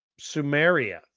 Sumeria